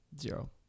Zero